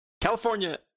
California